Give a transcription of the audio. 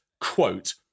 quote